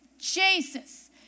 Jesus